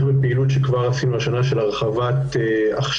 בפעילות שכבר עשינו השנה של הרחבת הכשרות.